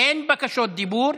אין בקשות דיבור,